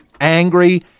angry